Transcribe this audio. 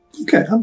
Okay